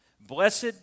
Blessed